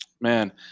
Man